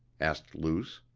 asked luce.